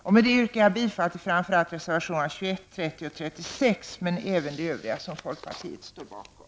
Jag stöder alla reservationer som folkpartiet står bakom men inskränker mig till att yrka bifall till reservationerna nr 21, 30 och 36.